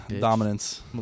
Dominance